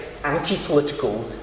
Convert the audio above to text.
anti-political